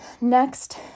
Next